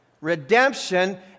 redemption